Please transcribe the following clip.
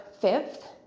fifth